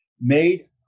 made